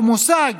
ואפליה, ומושג